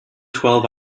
twelve